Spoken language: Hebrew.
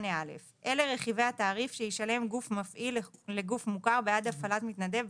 8א. אלה רכיבי התעריף שישלם גוף מפעיל לגוף מוכר בעד הפעלת מתנדב,